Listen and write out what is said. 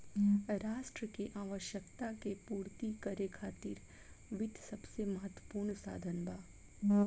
राष्ट्र के आवश्यकता के पूर्ति करे खातिर वित्त सबसे महत्वपूर्ण साधन बा